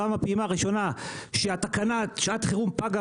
גם הפעימה הראשונה שהתקנה לשעת חירום פגה